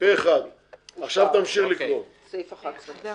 הצבעה בעד, פה אחד נגד, אין סעיף 10 נתקבל.